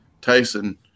Tyson